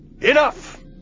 enough